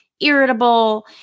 Irritable